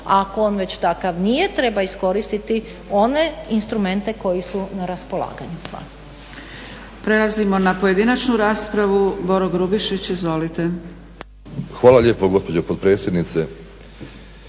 ako on već takav nije treba iskoristiti one instrumente koji su na raspolaganju.